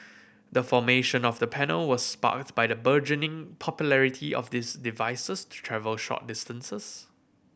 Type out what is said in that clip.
the formation of the panel was sparked by the burgeoning popularity of these devices to travel short distances